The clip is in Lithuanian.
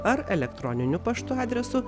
ar elektroniniu paštu adresu